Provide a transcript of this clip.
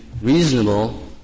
reasonable